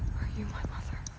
you my mother?